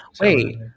Wait